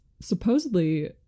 supposedly